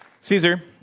Caesar